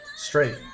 Straight